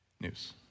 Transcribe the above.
news